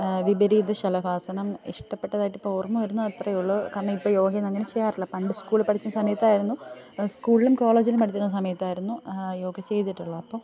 വിപരീത ശലഭാസനം ഇഷ്ടപ്പെട്ടതായിട്ടിപ്പോള് ഓര്മ വരുന്ന അത്രേ ഉള്ളു കാരണം ഇപ്പോള് യോഗേന്നും അങ്ങനെ ചെയ്യാറില്ല പണ്ട് സ്കൂളില് പഠിച്ചിരുന്ന സമയത്തായിരുന്നു സ്കൂളിലും കോളേജിലും പഠിച്ചിരുന്ന സമയത്തായിരുന്നു യോഗ ചെയ്തിട്ടുള്ളത് അപ്പോള്